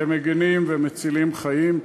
והם מגינים ומצילים חיים.